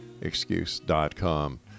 Excuse.com